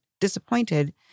disappointed